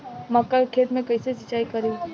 मका के खेत मे कैसे सिचाई करी?